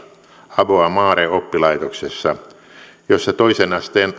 aboa mare oppilaitoksessa jossa toisen asteen